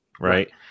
Right